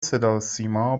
صداسیما